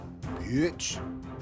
bitch